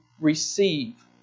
receive